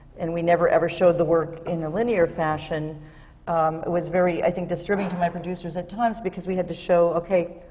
and we never, ever showed the work in a linear fashion. it was very, i think, disturbing to my producers at times, because we had to show, okay,